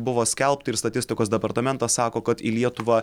buvo skelbta ir statistikos departamentas sako kad į lietuvą